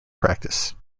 practice